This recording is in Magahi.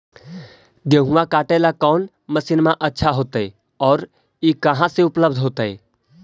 गेहुआ काटेला कौन मशीनमा अच्छा होतई और ई कहा से उपल्ब्ध होतई?